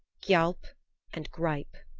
gialp and greip.